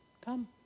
come